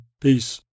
Peace